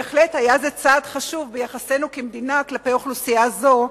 בהחלט היה זה צעד חשוב ביחסנו כמדינה כלפי אוכלוסייה זו,